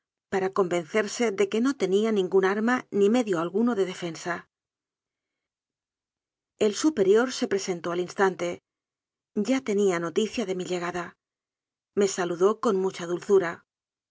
para convencerse de que no tenía ningún arma ni medio alguno de def ensa el superior se presentó al instante ya tenía no ticia de mi llegada me saludó con mucha dulzura